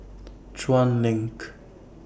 Chuan LINK